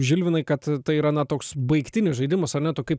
žilvinai kad tai yra na toks baigtinis žaidimas ar ne o kaip